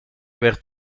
werd